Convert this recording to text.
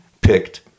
picked